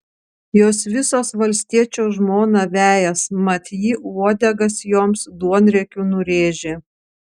jos visos valstiečio žmoną vejas mat ji uodegas joms duonriekiu nurėžė